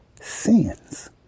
sins